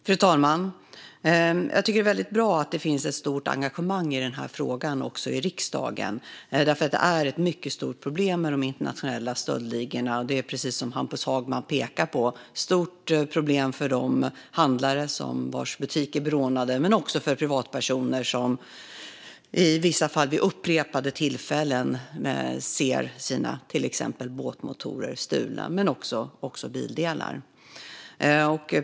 Fru talman! Det är bra att det finns ett stort engagemang i frågan också i riksdagen. De internationella stöldligorna är ett mycket stort problem. Precis som Hampus Hagman pekar på är det ett stort problem för de handlare vars butiker blir rånade men också för privatpersoner vars båtmotorer till exempel men också bildelar blir stulna, i vissa fall vid upprepade tillfällen.